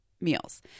meals